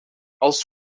als